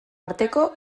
arteko